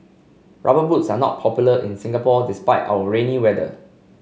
rubber boots are not popular in Singapore despite our rainy weather